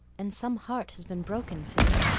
and some heart has been broken, phil.